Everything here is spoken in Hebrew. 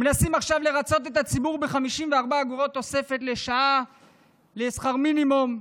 מנסים עכשיו לרצות את הציבור ב-54 אגורות תוספת לשעה לשכר המינימום.